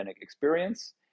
experience